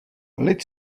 lid